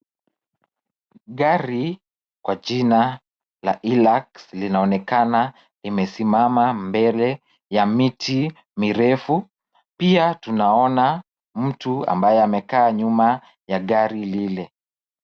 Gari kwa jina la hillux linaonekana limesimama mbele ya miti mirefu. Pia tunaona mtu ambaye amekaa nyuma ya gari lile.